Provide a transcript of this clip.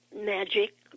magic